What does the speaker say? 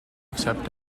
except